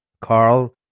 Carl